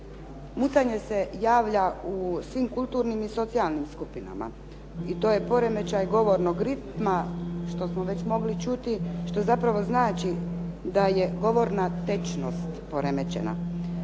Mucanje se javlja u svim kulturnim i socijalnim skupinama i to je poremećaj govornog ritma, što smo već mogli čuti, što zapravo znači da je govorna tečnost poremećena.